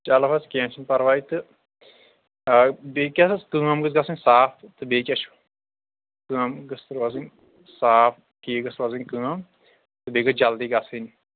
چَلو حظ کینٛہہ چھِنہٕ پَرواے تہٕ بیٚیہِ کیٛاہ سا کٲم گژھِ گژھٕںۍ صاف تہٕ بیٚیہِ کیٛاہ چھُ کٲم گٔژھ روزٕنۍ صاف ٹھیٖک گژھِ روزٕنۍ کٲم تہٕ بیٚیہِ گژھِ جلدی گژھٕنۍ